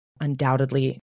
undoubtedly